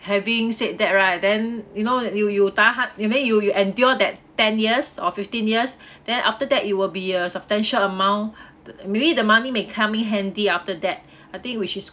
having said that right then you know you you die hard you may you you endure that ten years or fifteen years then after that it will be a substantial amount the maybe the money may come in handy after that I think which is